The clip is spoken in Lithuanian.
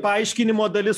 paaiškinimo dalis